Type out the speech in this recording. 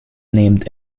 named